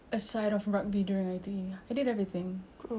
ya but like labels itself ya I was labelled as a boy